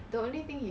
mm